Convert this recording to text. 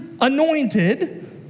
anointed